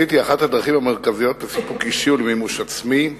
מסגרת תעסוקתית היא אחת הדרכים המרכזיות לסיפוק אישי ולמימוש עצמי.